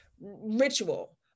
ritual